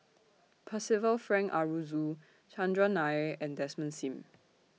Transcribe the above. Percival Frank Aroozoo Chandran Nair and Desmond SIM